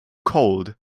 cold